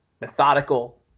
methodical